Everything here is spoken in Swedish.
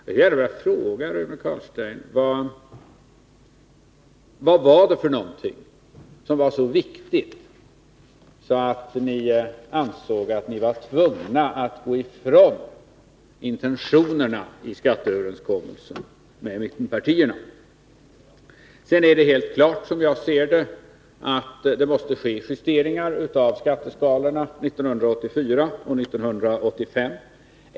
Jag vill fråga Rune Carlstein: Vad var så viktigt att ni ansåg er tvungna att gå ifrån intentionerna i skatteöverenskommelsen med mittenpartierna? Sedan är det helt klart, som jag ser det, att det måste ske justeringar av skatteskalorna 1984 och 1985.